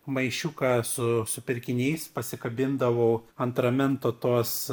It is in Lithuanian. maišiuką su su pirkiniais pasikabindavau ant ramento tos